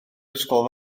ysgol